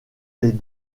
les